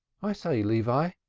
i say, levi,